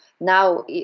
now